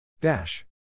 Dash